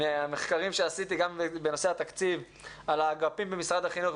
מהמחקרים שעשיתי בנושא התקציב על האגפים במשרד החינוך,